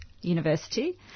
University